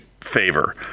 favor